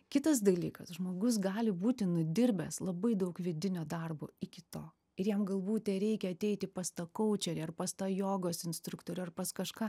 kitas dalykas žmogus gali būti nudirbęs labai daug vidinio darbo iki to ir jam galbūt tereikia ateiti pas tą kaučerį ar pas tą jogos instruktorių ar pas kažką